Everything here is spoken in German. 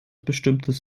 bestimmtes